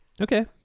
Okay